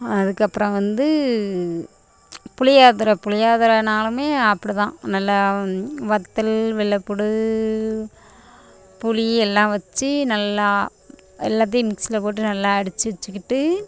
அதுக்கப்புறம் வந்து புளியோதரை புளியோதரைனாலுமே அப்படிதான் நல்லா வற்றல் வெள்ளைப்பூண்டு புளி எல்லாம் வெச்சு நல்லா எல்லாத்தையும் மிக்சியில் போட்டு நல்லா அடித்து வெச்சுக்கிட்டு